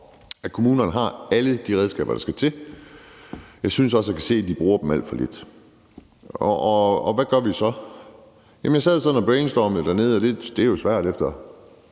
at kommunerne har alle de redskaber, der skal til. Jeg synes også, jeg kan se, at de bruger dem alt for lidt. Og hvad gør vi så? Jeg sad sådan og brainstormede dernede, og det er svært efter